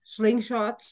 slingshots